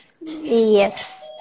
Yes